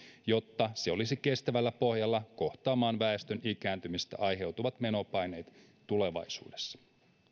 jotta se olisi kestävällä pohjalla kohtaamaan väestön ikääntymisestä aiheutuvat menopaineet tulevaisuudessa